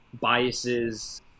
biases